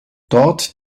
dort